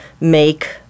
make